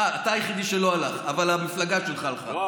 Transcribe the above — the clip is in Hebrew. אה, אתה היחידי שלא הלך, אבל המפלגה שלך הלכה.